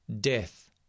death